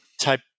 type